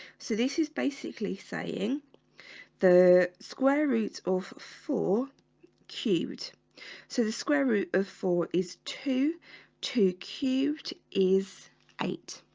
so this is basically saying the square roots of four cubed so the square root of four is two two cubed is eight